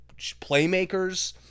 playmakers